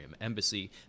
embassy